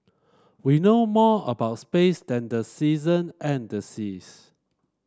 we know more about space than the season and the seas